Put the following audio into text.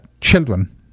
Children